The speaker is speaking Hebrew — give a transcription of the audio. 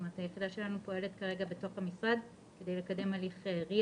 היחידה שלנו פועלים בתוך המשרד כדי לקדם הליך ריא